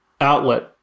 outlet